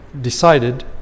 decided